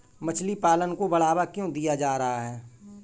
मछली पालन को बढ़ावा क्यों दिया जा रहा है?